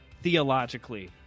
theologically